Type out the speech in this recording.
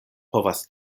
povas